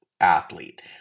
athlete